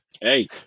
hey